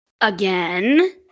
Again